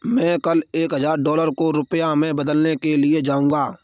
मैं कल एक हजार डॉलर को रुपया में बदलने के लिए जाऊंगा